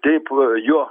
taip jo